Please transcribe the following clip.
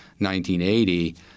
1980